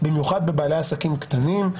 במיוחד בבעלי עסקים קטנים,